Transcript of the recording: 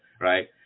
right